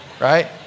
right